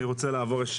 אני רוצה לעבור, יש